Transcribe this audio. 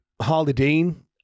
Harley-Dean